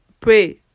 pray